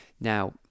now